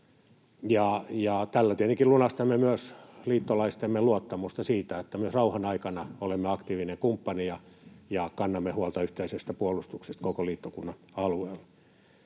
tällä tietenkin lunastamme myös liittolaistemme luottamusta siitä, että myös rauhan aikana olemme aktiivinen kumppani ja kannamme huolta yhteisestä puolustuksesta koko liittokunnan alueella.